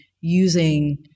using